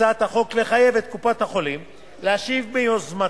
הצעת החוק לחייב את קופות-החולים להשיב ביוזמתן,